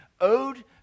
owed